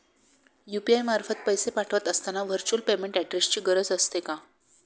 UPI मार्फत पैसे पाठवत असताना व्हर्च्युअल पेमेंट ऍड्रेसची गरज असते का?